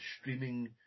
streaming